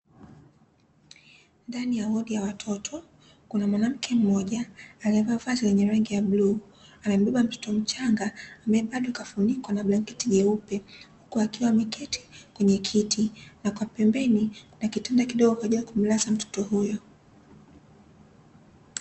Ndani ya wodi ya watoto kuna mwanamke mmoja aliyevaa vazi lenye rangi ya bluu amembeba mtoto mchanga ambaye bado kafunikwa na blanketi jeupe, huku akiwa ameketi kwenye kiti na kwa pembeni kuna kitanda kidogo kwa ajili ya kumlaza mtoto huyo.